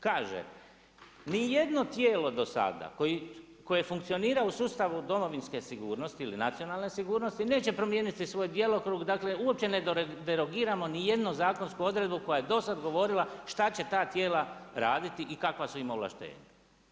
Kaže, nijedno tijelo do sada koje funkcionira u sustavu Domovinske sigurnosti ili nacionalne sigurnosti neće promijeniti svoj djelokrug, dakle uopće ne derogiramo nijedno zakonsku odredbu koja je do sad govorila šta će ta tijela raditi i kakva su im ovlaštenja.